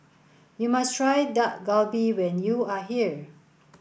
you must try Dak Galbi when you are here